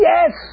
Yes